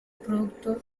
producto